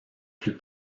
plus